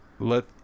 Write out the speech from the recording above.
let